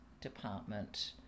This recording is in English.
Department